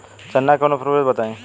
चना के उन्नत प्रभेद बताई?